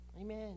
Amen